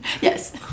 Yes